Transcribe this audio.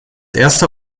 erster